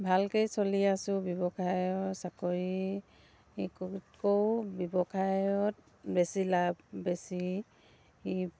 ভালকৈয়ে চলি আছোঁ ব্যৱসায়ৰ চাকৰিতকৈয়ো ব্যৱসায়ত বেছি লাভ বেছি